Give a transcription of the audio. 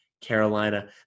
Carolina